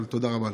תודה רבה.